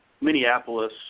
Minneapolis